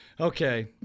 Okay